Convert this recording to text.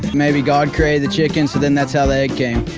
maybe god created the chicken, so then that's how the egg came.